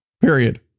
period